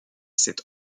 cet